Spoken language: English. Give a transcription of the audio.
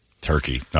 Turkey